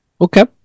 Okay